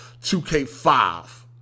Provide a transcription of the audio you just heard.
2K5